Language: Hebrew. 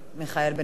מיכאל בן-ארי.